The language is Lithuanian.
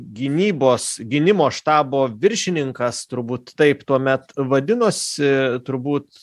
gynybos gynimo štabo viršininkas turbūt taip tuomet vadinosi turbūt